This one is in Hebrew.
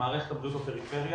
מערכת הבריאות בפריפריה.